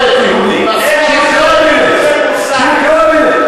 גם הטרור שלכם.